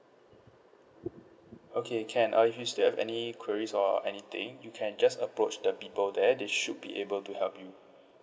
okay can uh if you still have any queries or anything you can just approach the people there they should be able to help you